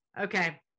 okay